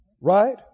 Right